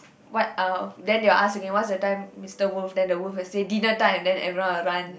what uh then they'll ask again what's the time mister wolf then the wolf will say dinner time then everyone will run